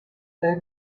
food